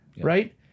right